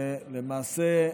למעשה,